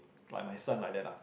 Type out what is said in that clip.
like my son like that lah